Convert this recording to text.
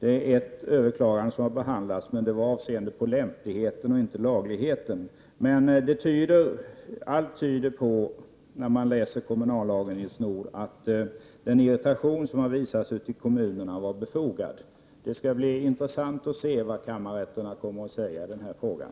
Ett enda överklagande har behandlats, men det avsåg lämpligheten och inte lagligheten. Allt tyder på, Nils Nordh, att den irritation som har visats i kommunerna är befogad. Det inser också den som läser kommunallagen. Det skall bli intressant att se vad kammarrätterna säger i frågan.